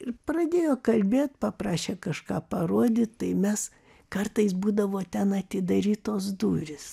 ir pradėjo kalbėt paprašė kažką parodyt tai mes kartais būdavo ten atidarytos durys